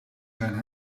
zijn